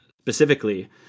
specifically